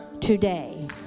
today